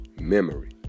memory